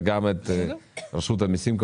וגם את רשות המסים,